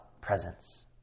presence